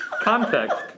Context